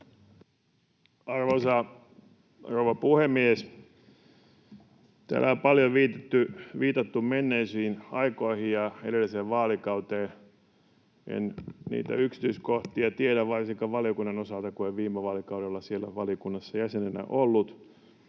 rouva puhemies! Täällä on paljon viitattu menneisiin aikoihin ja edelliseen vaalikauteen. En niitä yksityiskohtia tiedä varsinkaan valiokunnan osalta, kun en viime vaalikaudella siellä valiokunnassa jäsenenä ollut.